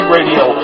Radio